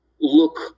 look